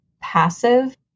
passive